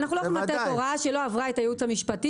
אנחנו לא יכולים לתת הוראה שלא עברה את הייעוץ המשפטי,